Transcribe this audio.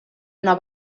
una